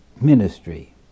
ministry